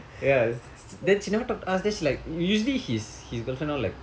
yes then she never talk to us then she like usually his his girlfriend all like